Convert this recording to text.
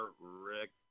Rick